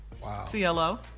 CLO